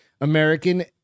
American